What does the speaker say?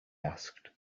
asked